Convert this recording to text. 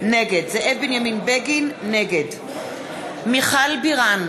נגד מיכל בירן,